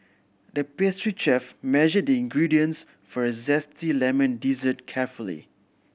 the pastry chef measured the ingredients for a zesty lemon dessert carefully